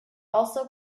also